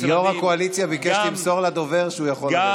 יו"ר הקואליציה ביקש למסור לדובר שהוא יכול לרדת.